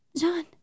John